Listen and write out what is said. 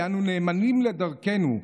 כי "אנו נאמנים לדרכנו".